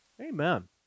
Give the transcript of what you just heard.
amen